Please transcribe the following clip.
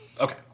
Okay